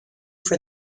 for